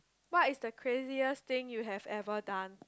what is the craziest thing you have ever done